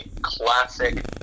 classic